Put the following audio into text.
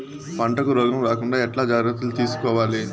పంటకు రోగం రాకుండా ఎట్లా జాగ్రత్తలు తీసుకోవాలి?